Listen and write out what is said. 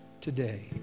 today